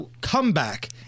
comeback